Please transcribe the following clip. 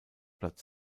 platz